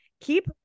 Keep